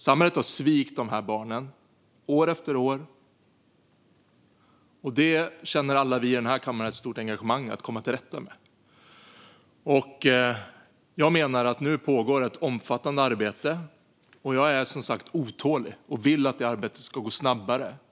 Samhället har svikit dessa barn år efter år, och alla vi här i kammaren känner ett stort engagemang för att komma till rätta med det här. Nu pågår ett omfattande arbete, och jag är som sagt otålig och vill att arbetet ska gå snabbare.